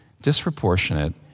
disproportionate